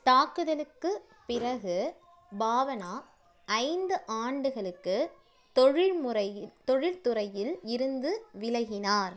தாக்குதலுக்குப் பிறகு பாவனா ஐந்து ஆண்டுகளுக்கு தொழில் முறை தொழில் துறையில் இருந்து விலகினார்